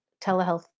telehealth